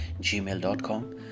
gmail.com